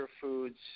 foods